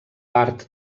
part